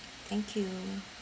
thank you